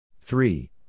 Three